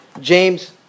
James